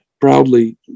proudly